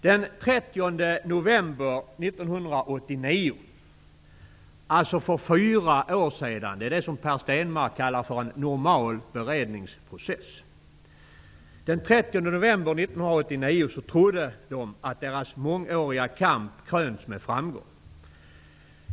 Den 30 november 1989 -- för fyra år sedan, vilket Per Stenmarck kallar för en normal beredningsprocess -- trodde de att deras mångåriga kamp krönts med framgång.